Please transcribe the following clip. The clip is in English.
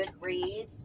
Goodreads